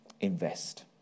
Invest